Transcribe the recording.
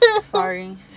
Sorry